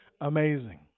Amazing